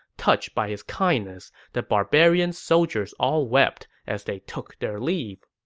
touched by his kindness, the barbarian soldiers all wept as they took their leave.